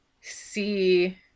see